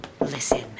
Listen